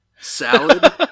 Salad